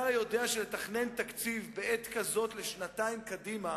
אתה יודע שלתכנן תקציב בעת כזאת לשנתיים קדימה